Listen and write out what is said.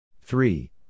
three